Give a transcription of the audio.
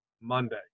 Monday